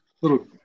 Little